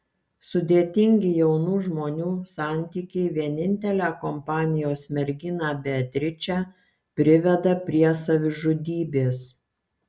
sudėtingi jaunų žmonių santykiai vienintelę kompanijos merginą beatričę priveda prie savižudybės